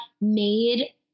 made